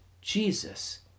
Jesus